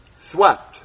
Swept